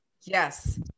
Yes